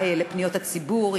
דיונים בוועדה לפניות הציבור,